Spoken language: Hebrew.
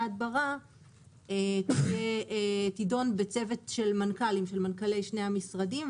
ההדברה תידון בצוות של שני מנכ"לי המשרדים.